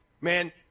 Man